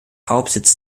hauptsitz